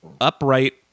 upright